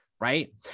right